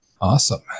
Awesome